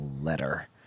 letter